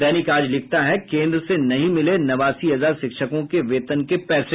दैनिक आज लिखता है केन्द्र से नहीं मिले नवासी हजार शिक्षकों के वेतन के पैसे